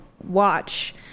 watch